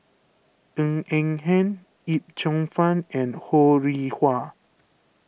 Ng Eng Hen Yip Cheong Fun and Ho Rih Hwa